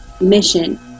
mission